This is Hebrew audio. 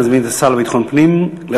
אני מזמין את השר לביטחון פנים להשיב.